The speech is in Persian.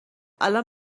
الان